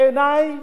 בעיני,